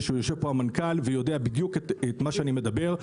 יושב פה המנכ"ל ויודע בדיוק את מה שאני אומר.